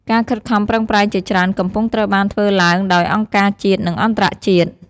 ការខិតខំប្រឹងប្រែងជាច្រើនកំពុងត្រូវបានធ្វើឡើងដោយអង្គការជាតិ និងអន្តរជាតិ។